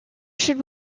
should